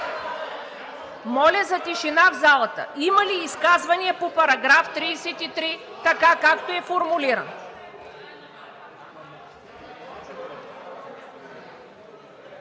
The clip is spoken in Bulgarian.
Моля за тишина в залата. Има ли изказвания по § 33 така, както е формулиран?